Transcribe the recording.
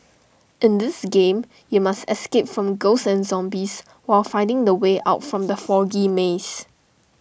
in this game you must escape from ghosts and zombies while finding the way out from the foggy maze